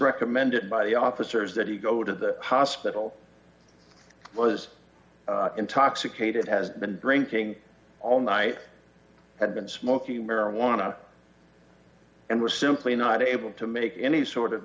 recommended by the officers that he go to the hospital was intoxicated has been drinking all night had been smoking marijuana and was simply not able to make any sort of